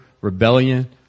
rebellion